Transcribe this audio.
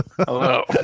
Hello